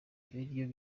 ibiryo